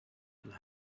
and